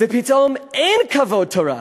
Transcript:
ופתאום אין כבוד תורה.